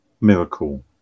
miracle